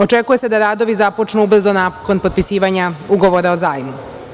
Očekuju se da radovi započnu ubrzo nakon potpisivanja ugovora o zajmu.